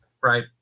Right